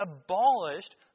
abolished